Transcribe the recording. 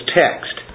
text